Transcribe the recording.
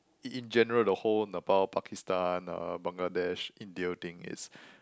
in in general the whole Nepal Pakistan uh Bangladesh India thing is